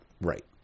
right